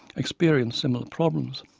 experience similar problems.